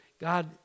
God